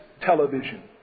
television